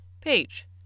page